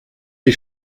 sie